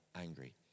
angry